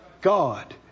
God